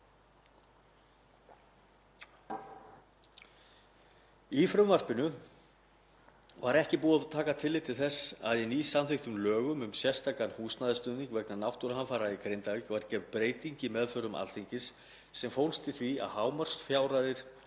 Í frumvarpinu var ekki búið að taka tillit til þess að í nýsamþykktum lögum um sértækan húsnæðisstuðning vegna náttúruhamfara í Grindavíkurbæ var gerð breyting í meðförum Alþingis sem fólst í því að hámarksfjárhæðir